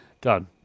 done